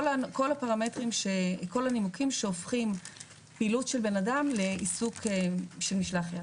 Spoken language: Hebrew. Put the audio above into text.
-- כל הנימוקים שהופכים פעילות של אדם לעיסוק של משלח יד.